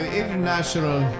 international